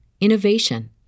innovation